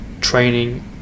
training